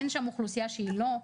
אין שם אוכלוסייה שהיא לא.